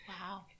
Wow